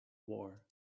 war